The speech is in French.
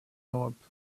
europe